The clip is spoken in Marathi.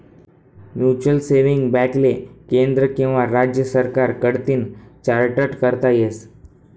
म्युचलसेविंग बॅकले केंद्र किंवा राज्य सरकार कडतीन चार्टट करता येस